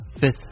fifth